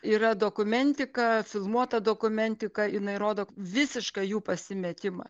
yra dokumentika filmuota dokumentika jinai rodo visišką jų pasimetimą